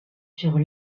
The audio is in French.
furent